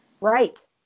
Right